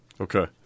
Okay